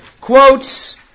quotes